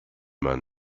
man